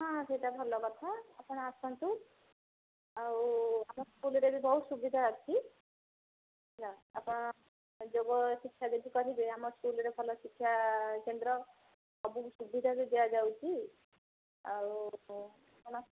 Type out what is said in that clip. ହଁ ସେଇଟା ଭଲ କଥା ଆପଣ ଆସନ୍ତୁ ଆଉ ଆମ ସ୍କୁଲ୍ରେ ବି ବହୁତ ସୁବିଧା ଅଛି ହେଲା ଆପଣ ଯୋଗ ଶିକ୍ଷା ଯଦି କରିବେ ଆମ ସ୍କୁଲ୍ରେ ଭଲ ଶିକ୍ଷାକେନ୍ଦ୍ର ସବୁ ସୁବିଧାରେ ଦିଆଯାଉଛି ଆଉ ଆପଣ